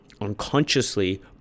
unconsciously